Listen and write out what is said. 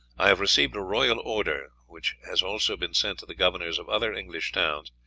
i have received a royal order, which has also been sent to the governors of other english towns,